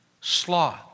sloth